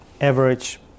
average